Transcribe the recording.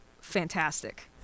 fantastic